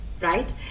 right